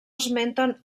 esmenten